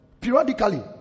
periodically